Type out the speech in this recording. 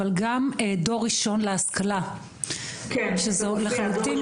אבל גם דור ראשון להשכלה שזה לחלוטין